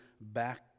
back